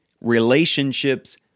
relationships